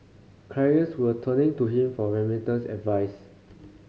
clients were turning to him for remittance advice